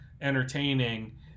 entertaining